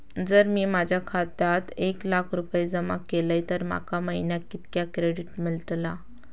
जर मी माझ्या खात्यात एक लाख रुपये जमा केलय तर माका महिन्याक कितक्या क्रेडिट मेलतला?